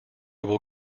will